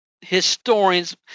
historians